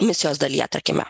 misijos dalyje tarkime